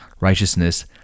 righteousness